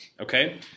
Okay